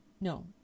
No